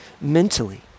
mentally